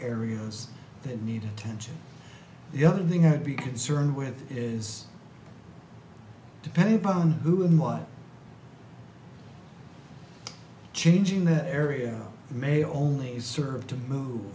areas that need attention the other thing i'd be concerned with is depending upon who and what changing that area may only serve to move